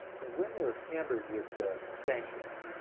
and when they're hammered with sanctions,